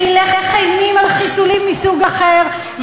והילך אימים על חיסולים מסוג אחר,